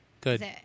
Good